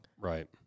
Right